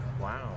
Wow